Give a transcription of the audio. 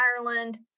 Ireland